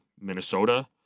Minnesota